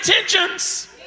intentions